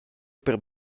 per